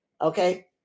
okay